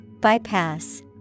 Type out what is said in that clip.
Bypass